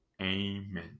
Amen